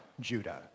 Judah